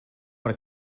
per